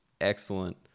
excellent